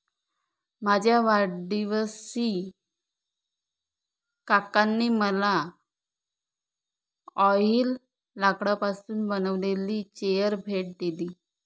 माझ्या वाढदिवशी काकांनी मला ऑलिव्ह लाकडापासून बनविलेली चेअर भेट दिली